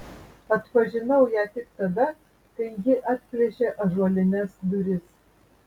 atpažinau ją tik tada kai ji atplėšė ąžuolines duris